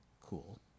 cool